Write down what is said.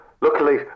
luckily